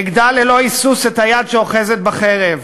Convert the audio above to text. אגדע ללא היסוס את היד שאוחזת בחרב.